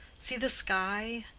see the sky,